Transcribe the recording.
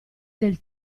del